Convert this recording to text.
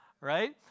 Right